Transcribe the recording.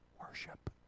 worship